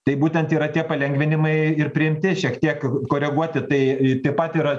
tai būtent yra tie palengvinimai ir priimti šiek tiek koreguoti tai taip pat yra